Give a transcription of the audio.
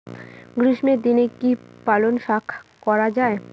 গ্রীষ্মের দিনে কি পালন শাখ করা য়ায়?